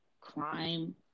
crime